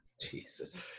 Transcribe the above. Jesus